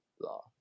law